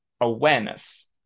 awareness